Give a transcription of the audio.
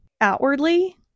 outwardly